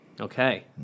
Okay